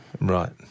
Right